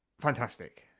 fantastic